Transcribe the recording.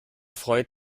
freut